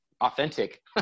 authentic